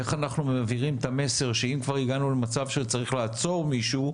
איך אנחנו מעבירים את המסר שאם כבר הגענו למצב שצריך לעצור מישהו,